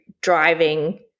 driving